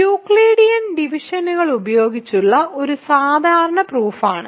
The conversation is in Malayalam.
യൂക്ലിഡിയൻ ഡിവിഷനുകൾ ഉപയോഗിച്ചുള്ള ഒരു സാധാരണ പ്രൂഫാണ്